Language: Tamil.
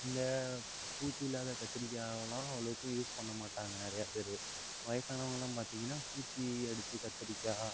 இந்த பூச்சி இல்லாத கத்திரிக்காவலாம் அவ்வளோக்கு யூஸ் பண்ண மாட்டாங்க நிறையா பேர் வயசானவங்களாம் பார்த்திங்கன்னா பூச்சி அடிச்ச கத்திரிக்காய்